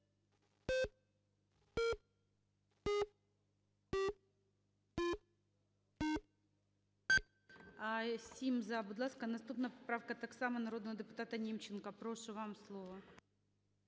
За-7 Будь ласка, наступна поправка так само народного депутата Німченка. Прошу, вам слово.